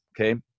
okay